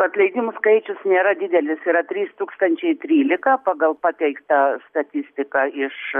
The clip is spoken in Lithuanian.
atleidimų skaičius nėra didelis yra trys tūkstančiai trylika pagal pateiktą statistiką iš